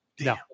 no